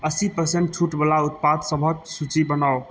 अस्सी परसेंट छूटवला उत्पाद सभक सूची बनाउ